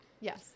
Yes